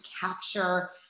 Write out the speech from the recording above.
capture